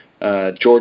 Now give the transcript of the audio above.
George